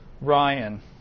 Ryan